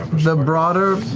the broader